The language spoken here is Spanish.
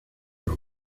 los